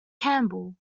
campbell